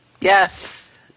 Yes